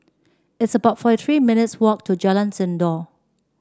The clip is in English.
it's about forty three minutes' walk to Jalan Sindor